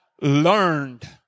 learned